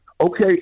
Okay